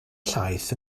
llaeth